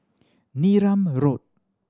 Neram Road